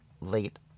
late